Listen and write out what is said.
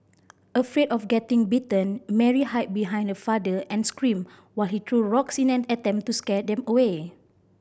afraid of getting bitten Mary hide behind her father and screamed while he threw rocks in an attempt to scare them away